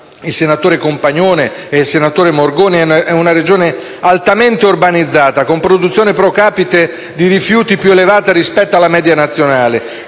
i senatori Compagnone e Morgoni - è una Regione altamente urbanizzata, con produzione *pro capite* di rifiuti più elevata rispetto alla media nazionale